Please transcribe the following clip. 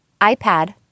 iPad